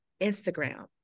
Instagram